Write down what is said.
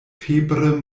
febre